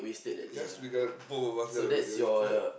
yes we got both of us gotta